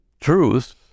truth